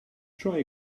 try